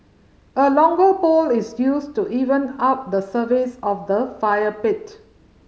a longer pole is used to even out the surface of the fire pit